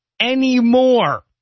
anymore